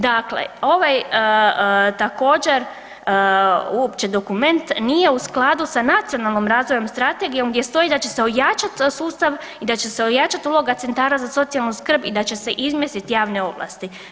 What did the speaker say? Dakle, ovaj također uopće dokument nije u skladu sa Nacionalnom razvojnom strategijom gdje stoji da će se ojačat sustav i da će se ojačati uloga centara za socijalnu skrb i da će se izmjestit javne ovlasti.